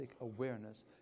awareness